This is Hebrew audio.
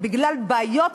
בגלל בעיות,